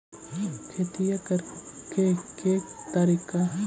खेतिया करेके के तारिका?